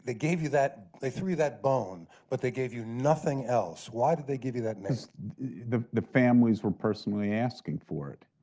gave you that, they threw that bone, but they gave you nothing else. why did they give you that name? the the families were personally asking for it.